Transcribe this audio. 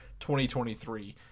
2023